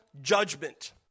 judgment